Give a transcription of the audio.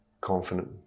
confident